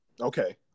Okay